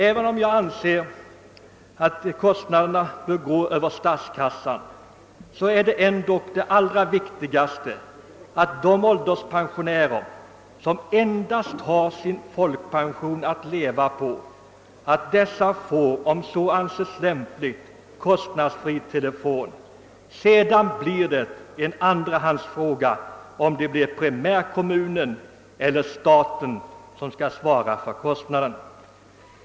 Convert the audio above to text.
"Även om jag anser att kostnaderna bör gå över statskassan, är det ändå det allra viktigaste att de ålderspensionärer, som endast har sin folkpension att leva på, får kostnadsfri telefon. Sedan blir det en andrahandsfråga om primärkommunen eller staten skall svara för kostnaden.